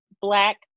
Black